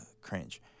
cringe